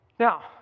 Now